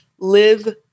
live